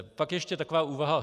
Pak ještě taková úvaha.